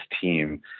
team